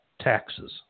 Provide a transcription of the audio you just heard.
taxes